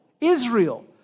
Israel